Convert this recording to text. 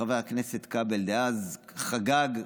חבר הכנסת דאז כבל חגג,